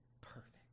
perfect